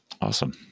Awesome